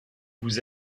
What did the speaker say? vous